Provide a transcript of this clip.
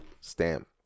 stamp